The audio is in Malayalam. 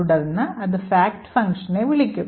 തുടർന്ന് അത് fact ഫംഗ്ഷനെ വിളിക്കും